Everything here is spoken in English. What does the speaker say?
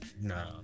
No